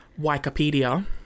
Wikipedia